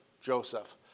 Joseph